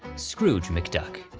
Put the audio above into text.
scrooge mcduck.